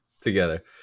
together